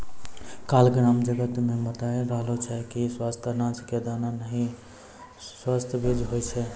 काल ग्राम जगत मॅ बताय रहलो छेलै कि स्वस्थ अनाज के दाना हीं स्वस्थ बीज होय छै